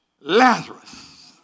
Lazarus